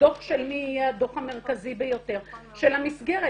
הדוח של מי יהיה הדוח המרכזי ביותר של המסגרת.